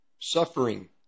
Suffering